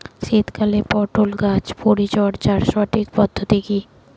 শীতকালে পটল গাছ পরিচর্যার সঠিক পদ্ধতি কী?